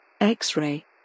X-Ray